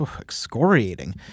excoriating